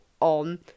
on